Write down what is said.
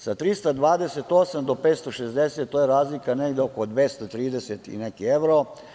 Sa 328 do 560 to je razlika oko 230 i neki evro.